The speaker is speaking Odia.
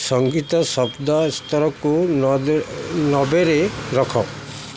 ସଙ୍ଗୀତ ଶବ୍ଦ ସ୍ତରକୁ ନବେରେ ରଖ